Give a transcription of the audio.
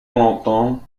longtemps